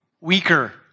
weaker